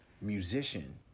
musician